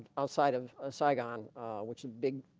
outside of ah saigon which is big